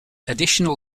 additional